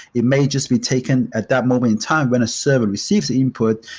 it may just be taken at that moment in time when a server receives the input,